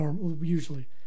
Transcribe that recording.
usually